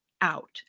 out